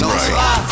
right